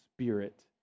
Spirit